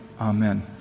Amen